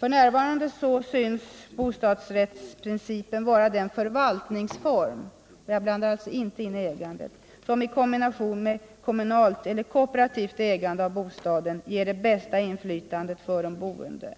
F.n. synes bostadsrättsprincipen vara den förvaltningsform — jag blandar alltså inte in ägandet — som i kombination med kommunalt eller kooperativt ägande av bostaden ger det bästa inflytandet för de boende.